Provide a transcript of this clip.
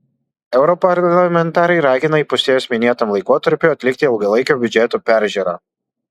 europarlamentarai ragina įpusėjus minėtam laikotarpiui atlikti ilgalaikio biudžeto peržiūrą